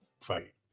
fight